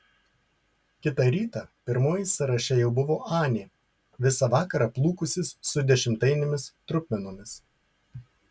kitą rytą pirmoji sąraše jau buvo anė visą vakarą plūkusis su dešimtainėmis trupmenomis